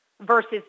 versus